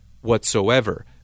whatsoever